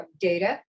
data